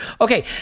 Okay